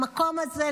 המקום הזה,